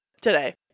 today